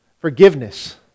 forgiveness